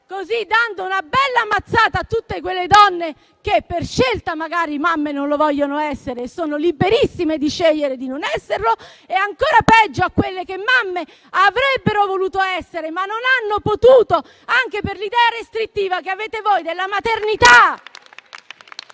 così dando una bella mazzata tutte quelle donne che, per scelta magari, mamme non lo vogliono essere e sono liberissime di scegliere di non esserlo, e - ancora peggio - a quelle che mamme avrebbero voluto essere, ma non hanno potuto anche per l'idea restrittiva che avete voi della maternità.